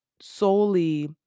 solely